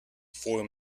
four